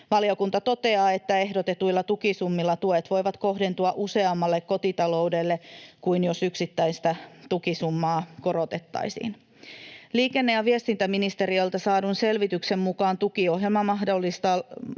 Valiokunta toteaa, että ehdotetuilla tukisummilla tuet voivat kohdentua useammalle kotitaloudelle kuin silloin, jos yksittäistä tukisummaa korotettaisiin. Liikenne‑ ja viestintäministeriöltä saadun selvityksen mukaan tukiohjelman mahdollista laajentamista